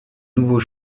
nouveau